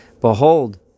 Behold